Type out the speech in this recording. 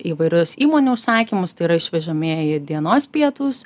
įvairius įmonių užsakymus tai yra išvežamieji dienos pietūs